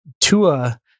Tua